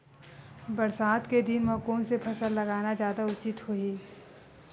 बरसात के दिन म कोन से फसल लगाना जादा उचित होही?